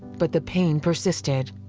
but the pain persisted.